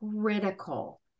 critical